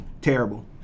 Terrible